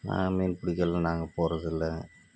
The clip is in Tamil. நான் மீன் பிடிக்கலாம் நாங்கள் போவதில்லை